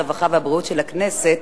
הרווחה והבריאות של הכנסת.